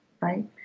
right